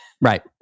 Right